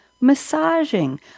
Massaging